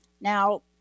Now